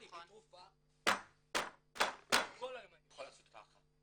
היא תרופה --- כל היום אני יכול לעשות ככה,